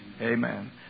Amen